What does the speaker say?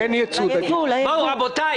רבותי,